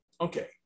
okay